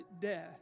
death